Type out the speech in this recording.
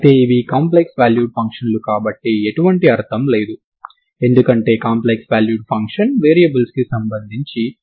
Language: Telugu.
wx00 ప్రారంభ షరతు అవుతుంది దాని నుండి x మరియు t ల యొక్క అన్ని విలువలకు wxt0 అవుతుంది